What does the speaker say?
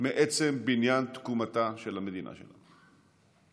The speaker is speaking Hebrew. מעצם בניין תקומתה של המדינה שלנו.